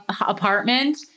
apartment